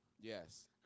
Yes